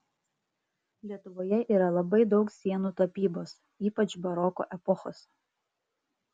lietuvoje yra labai daug sienų tapybos ypač baroko epochos